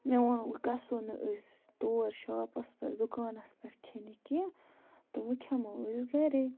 مےٚ ووٚن و گژھو نہٕ أسۍ تور شاپَس پٮ۪ٹھ دُکانَس پٮ۪ٹھ کھیٚنہِ کیٚنٛہہ تہٕ وٕ کھٮ۪مو أسۍ گَرے